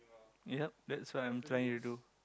yup that's what I'm trying to do